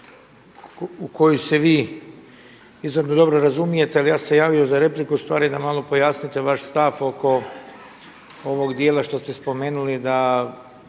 u kojoj se vi izrazito dobro razumijete ali ja sam se javio za repliku ustvari da malo pojasnite vaš stav oko ovog djela što ste spomenuli da